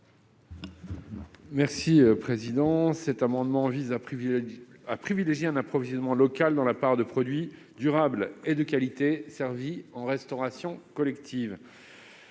Jacquin. Cet amendement vise à privilégier un approvisionnement local dans la part de produits durables et de qualité servis en restauration collective.